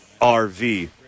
RV